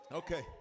okay